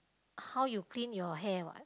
how you clean your hair what